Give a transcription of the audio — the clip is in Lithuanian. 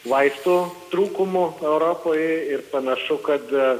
vaistų trūkumų europoje ir panašu kad